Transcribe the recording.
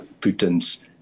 Putin's